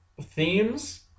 themes